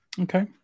Okay